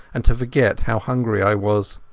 and to forget how hungry i was.